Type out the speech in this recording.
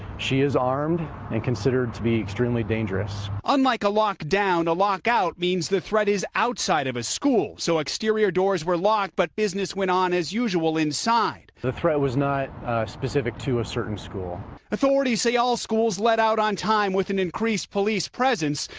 she is armed and considered to be extremely dangerous. reporter unlike a lockdown, a lockout means the threat is outside of a school. so exterior doors were locked, but business went on as usual inside. the threat was not specific to a certain school. reporter authorities say all schools let out on time with an increased police presence,